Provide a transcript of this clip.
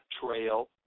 trail